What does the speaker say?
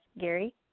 Gary